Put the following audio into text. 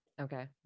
okay